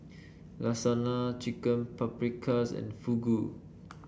Lasagna Chicken Paprikas and Fugu